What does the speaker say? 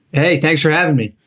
hey, thanks for having me.